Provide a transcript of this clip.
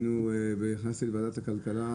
נכנסתי לוועדת הכלכלה,